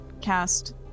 cast